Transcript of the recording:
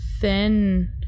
thin